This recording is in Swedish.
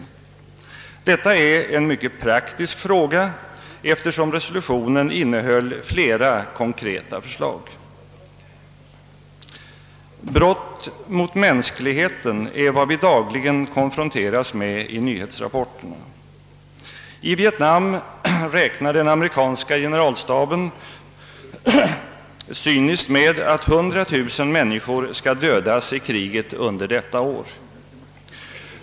Detta är en mycket praktisk fråga, eftersom resolutionen innehåller flera konkreta förslag. Brott mot mänskligheten är vad vi dagligen konfronteras med i nyhetsrapporterna. I Vietnam räknar den amerikanska generalstaben cyniskt med att 100 000 människor skall dödas i kriget under detta år.